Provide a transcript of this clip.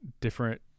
different